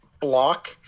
block